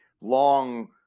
long